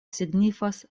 signifas